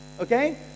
Okay